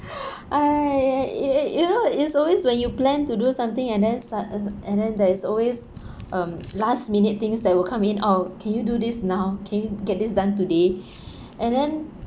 I it it it it you know it's always when you plan to do something and then start as and then there is always um last minute things that will coming out can you do this now can you get this done today and then